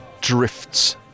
drifts